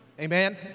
Amen